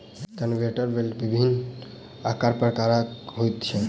conveyor belt विभिन्न आकार प्रकारक होइत छै